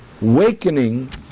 wakening